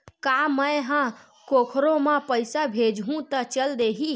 का मै ह कोखरो म पईसा भेजहु त चल देही?